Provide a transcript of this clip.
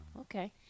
Okay